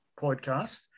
podcast